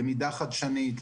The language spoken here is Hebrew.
למידה חדשנית,